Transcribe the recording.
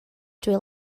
drwy